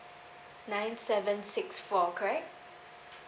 nine seven six four correct